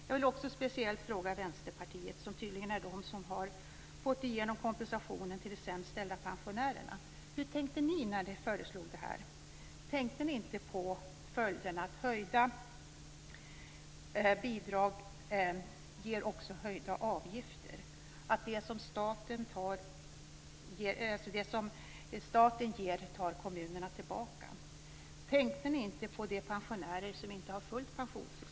Jag vill också speciellt fråga Vänsterpartiet, som tydligen är det parti som har fått igenom kompensationen till de sämst ställda pensionärerna, om hur man tänkte när man föreslog detta. Tänkte ni inte på följderna, dvs. att höjda bidrag också ger höjda avgifter? Det som staten ger tar kommunerna tillbaka. Tänkte ni inte på de pensionärer som inte har fullt pensionstillskott?